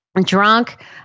drunk